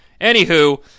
Anywho